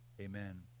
Amen